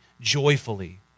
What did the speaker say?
joyfully